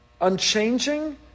unchanging